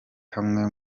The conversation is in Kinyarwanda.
hamwe